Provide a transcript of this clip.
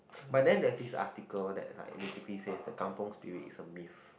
but then there's this article that like basically says the kampung spirit is a myth